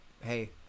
hey